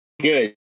good